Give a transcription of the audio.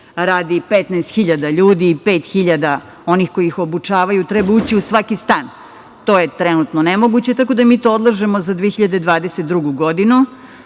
radi 15.000 ljudi i 5.000 onih koji ih obučavaju. Treba ući u svaki stan, to je trenutno nemoguće, tako da mi to odlažemo za 2022. godinu,